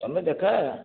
ତମେ ଦେଖାଅ